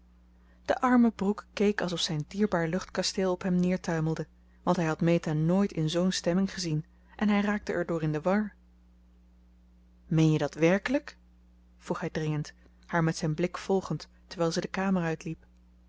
de arme brooke keek alsof zijn dierbaar luchtkasteel op hem neertuimelde want hij had meta nooit in zoo'n stemming gezien en hij raakte er door in de war meen je dat werkelijk vroeg hij dringend haar met zijn blik volgend terwijl ze de kamer uitliep